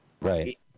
Right